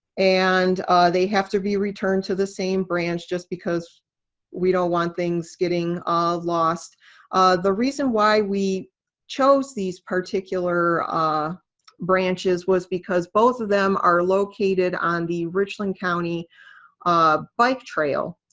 and they have to be returned to the same branch, just because we don't want things getting lost. the reason why we chose these particular ah branches was because both of them are located on the richland county bike trail.